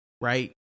Right